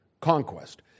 conquest